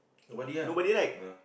nobody ah